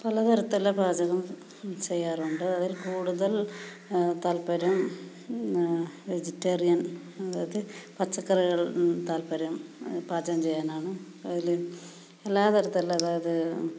പല തരത്തിലുള്ള പാചകം ചെയ്യാറുണ്ട് അതിൽ കൂടുതൽ താൽപ്പര്യം വെജിറ്റേറിയൻ അതായത് പച്ചക്കറികളിൽ താൽപ്പര്യം പാചകം ചെയ്യാനാണ് അതിൽ എല്ലാ തരത്തിലുള്ള അതായത്